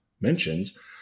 mentions